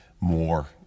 more